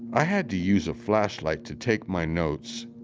i had to use a flashlight to take my notes,